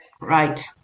Right